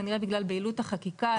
כנראה בגלל בהילות החקיקה.